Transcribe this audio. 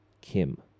Kim